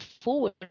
forward